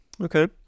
Okay